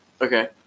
Okay